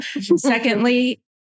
Secondly